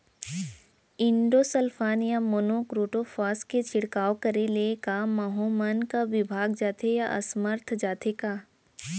Endosulfan या monocrotophos के छिड़काव करे ले क माहो मन का विभाग जाथे या असमर्थ जाथे का?